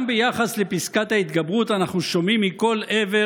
גם ביחס לפסקת ההתגברות אנחנו שומעים מכל עבר